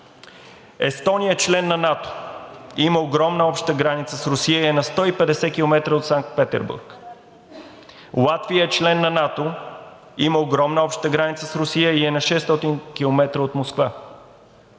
Естония е член на НАТО, има огромна обща граница с Русия и е на 150 км от Санкт Петербург, Латвия е член на НАТО, има огромна обща граница с Русия и е на 600 км от Москва,